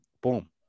Boom